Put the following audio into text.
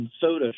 soda